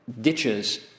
ditches